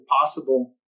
possible